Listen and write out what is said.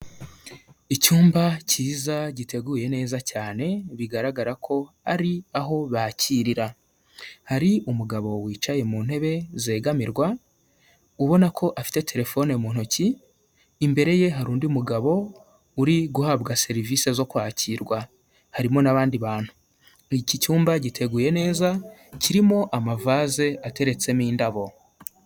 Icyumba cyiza, giteguye neza cyane, bigaragara ko ari aho bakirira. Hari umugabo wicaye mu ntebe zegamirwa, ubona ko afite telefone mu ntoki, imbere ye hari undi mugabo uri guhabwa serivise zo kwakirwa. Harimo n'abandi bantu. Iki cyumba giteguye neza, kirimo amavaze ateretsemo indabo.